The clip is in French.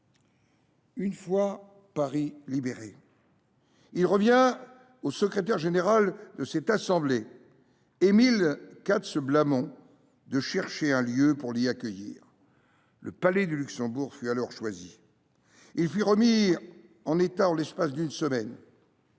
Une fois Paris libéré, il revint au secrétaire général de cette assemblée, Émile Katz Blamont, de chercher un lieu pour l’y accueillir : le Palais du Luxembourg fut choisi et remis en état en l’espace d’une semaine.